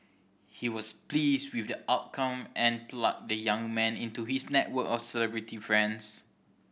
he was pleased with the outcome and plugged the young man into his network of celebrity friends